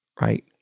right